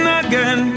again